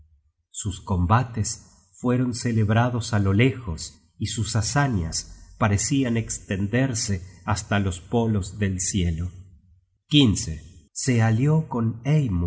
sus combates fueron celebrados á lo lejos y sus hazañas parecian estenderse hasta los polos del cielo se alió con